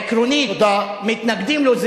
עקרונית מתנגדים לו.